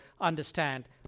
understand